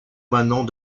émanant